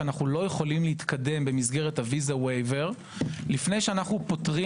שאיננו יכולים להתקדם במסגרת הוויזה ווייבר לפני שאנו פותרים